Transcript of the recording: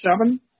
Seven